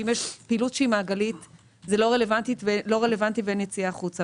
אם יש פעילות שהיא מעגלית זה רלוונטי ואין יציאה החוצה,